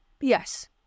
Yes